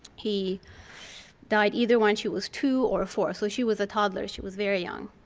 he died either when she was two or four. so she was a toddler. she was very young.